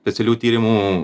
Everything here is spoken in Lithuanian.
specialių tyrimų